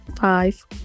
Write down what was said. Five